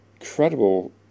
incredible